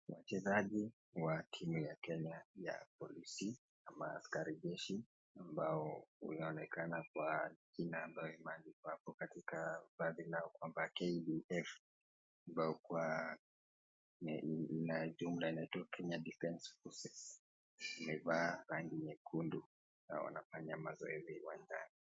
Wachezaji wa timu ya kenya ya polisi ama askarijeshi ambao unaonekana kwa jina ambayo imeandikwa hapo katika vazi lao kwamba KDF ambayo hukuwa na jumla inaitwa Kenya Defence Forces imevaa rangi nyekundu na wanafanya mazoezi uwanjani.